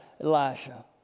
Elisha